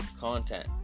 content